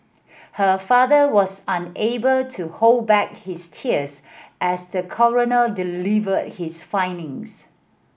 her father was unable to hold back his tears as the coroner delivered his findings